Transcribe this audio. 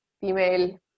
female